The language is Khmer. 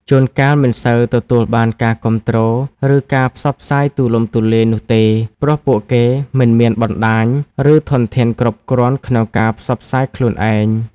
ជួនកាលមិនសូវទទួលបានការគាំទ្រ ឬការផ្សព្វផ្សាយទូលំទូលាយនោះទេ ព្រោះពួកគេមិនមានបណ្តាញ ឬធនធានគ្រប់គ្រាន់ក្នុងការផ្សព្វផ្សាយខ្លួនឯង។